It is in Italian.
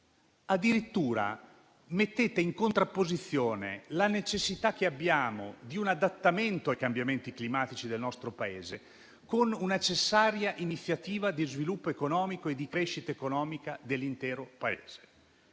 Addirittura, mettete in contrapposizione la necessità che abbiamo di un adattamento ai cambiamenti climatici del nostro Paese con una necessaria iniziativa di sviluppo economico e di crescita economica dell'intero Paese.